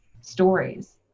stories